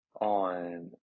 on